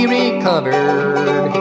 recovered